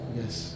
yes